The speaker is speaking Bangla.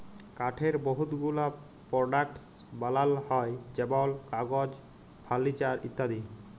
কাঠের বহুত গুলা পরডাক্টস বালাল হ্যয় যেমল কাগজ, ফারলিচার ইত্যাদি